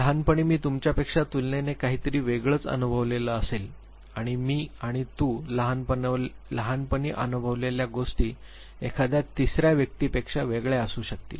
लहानपणी मी तुमच्यापेक्षा तुलनेने काहीतरी वेगळंच अनुभवलेलं असेल आणि मी आणि तू लहानपणी अनुभवलेल्या गोष्टी एखाद्या तिसऱ्या व्यक्तीपेक्षा वेगळया असू शकतील